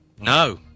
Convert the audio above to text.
no